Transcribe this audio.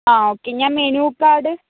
ആ ഓക്കേ ഞാൻ menu card